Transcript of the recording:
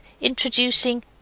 introducing